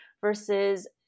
versus